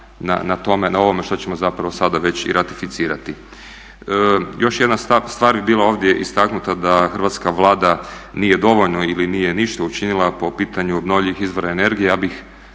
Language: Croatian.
na tome, na ovome što ćemo zapravo sada već i ratificirati. Još jedna stvar je bila ovdje istaknuta, da Hrvatska vlada nije dovoljno ili nije ništa učinila po pitanju obnovljivih izvora energije.